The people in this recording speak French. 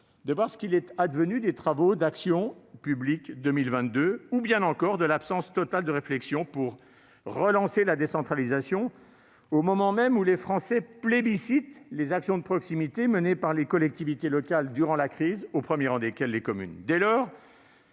de voir ce qu'il est advenu des travaux d'Action publique 2022 ou de considérer l'absence totale de réflexion sur la relance de la décentralisation, alors que les Français plébiscitent les actions de proximité menées par les collectivités locales durant la crise, notamment par les communes.